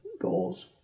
goals